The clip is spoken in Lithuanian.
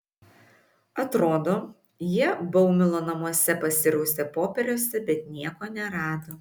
atrodo jie baumilo namuose pasirausė popieriuose bet nieko nerado